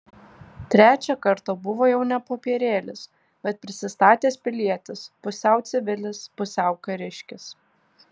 trečią kartą buvo jau ne popierėlis bet prisistatęs pilietis pusiau civilis pusiau kariškis